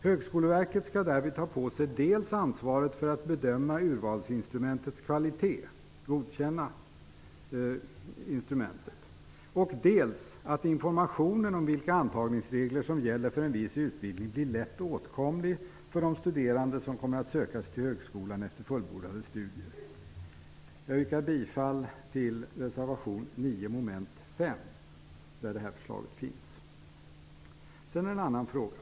Högskoleverket skall därvid ta på sig dels ansvaret för att bedöma urvalsinstrumentets kvalitet, och för att godkänna instrumentet, dels för att informationen om vilka antagningsregler som gäller för en viss utbildning blir lätt åtkomlig för de studerande som kommer att söka sig till högskolan efter fullbordade studier. Jag yrkar bifall till reservation 9 mom. 5 där det här förslaget finns. Sedan gäller det en annan fråga.